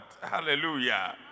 hallelujah